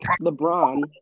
LeBron